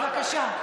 בבקשה.